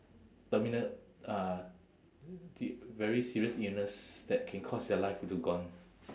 terminal uh t~ very serious illness that can cause their life to gone